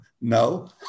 No